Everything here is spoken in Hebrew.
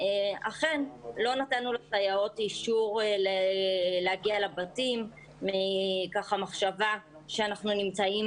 אכן לא נתנו לסייעות להגיע לבתים ממחשבה שאנחנו נמצאים